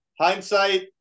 Hindsight